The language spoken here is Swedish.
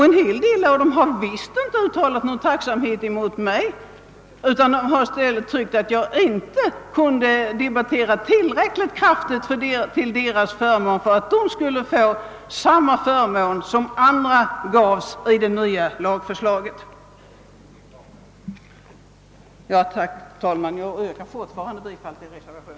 En hel del av dem har visst inte uttalat någon tacksamhet mot mig, utan har i stället tyckt att jag inte kunde argumentera tillräckligt kraftigt för att de skulle kunna få samma förmån som andra gavs i det nya lagförslaget. Herr talman! Jag yrkar fortfarande bifall till reservationen.